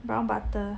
Brown Butter